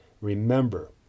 Remember